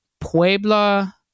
Puebla